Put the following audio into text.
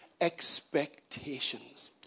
expectations